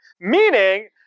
meaning